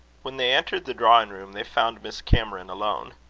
when they entered the drawing-room, they found miss cameron alone.